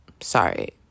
Sorry